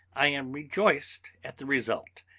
i am rejoiced at the result,